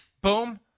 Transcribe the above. boom